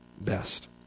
best